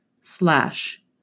slash